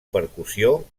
percussió